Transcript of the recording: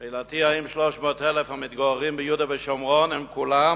שאלתי: האם 300,000 המתגוררים ביהודה ושומרון הם כולם